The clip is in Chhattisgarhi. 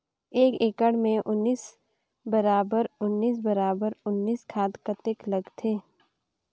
एक एकड़ मे उन्नीस बराबर उन्नीस बराबर उन्नीस खाद कतेक लगथे?